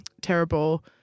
terrible